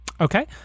Okay